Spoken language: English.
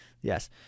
Yes